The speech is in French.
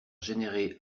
générer